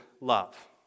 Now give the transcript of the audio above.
love